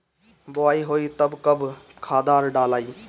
बोआई होई तब कब खादार डालाई?